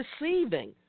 receiving